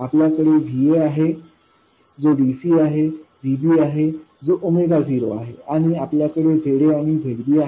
आपल्याकडे Vaआहे जो dc आहे आणि Vb आहे जो 0आहे आणि आपल्याकडे Za आणि Zb आहे